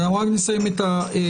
רק נסיים לשמוע את הדוברים.